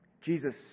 Jesus